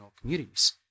communities